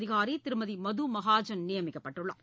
அதிகாரி திருமதி மது மகாஜன் நியமிக்கப்பட்டுள்ளார்